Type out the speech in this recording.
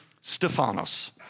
Stephanos